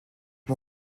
mon